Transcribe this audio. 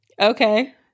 Okay